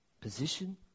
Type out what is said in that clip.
position